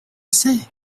c’est